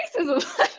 racism